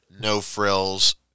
no-frills